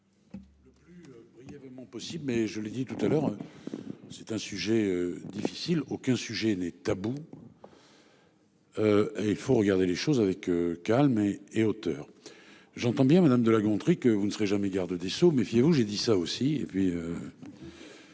Il y a vraiment possible mais je l'ai dit tout à l'heure. C'est un sujet difficile. Aucun sujet n'est tabou. Il faut regarder les choses avec calme et et auteur. J'entends bien. Madame de La Gontrie, que vous ne serez jamais garde des Sceaux, méfiez-vous. J'ai dit ça aussi